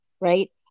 right